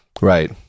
Right